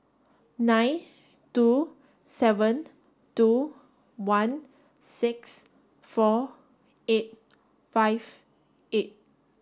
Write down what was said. nine two seven two one six four eight five eight